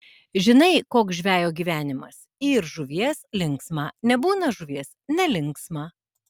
žinai koks žvejo gyvenimas yr žuvies linksma nebūna žuvies nelinksma